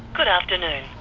good afternoon,